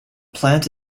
plant